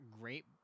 great